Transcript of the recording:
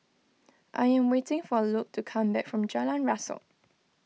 I am waiting for Luc to come back from Jalan Rasok